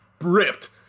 ripped